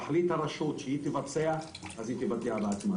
תחליט הרשות שהוא תבצע, אז היא תבצע בעצמה.